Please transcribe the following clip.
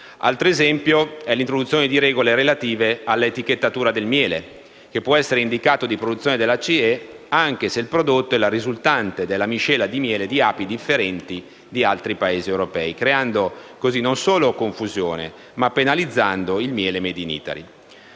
Altro esempio è l'introduzione di regole relative alla etichettatura del miele, che può essere indicato di «produzione della CE», anche se il prodotto è la risultante della miscela di miele di api di differenti Paesi europei, creando così non solo confusione, ma penalizzando il miele *made in Italy*.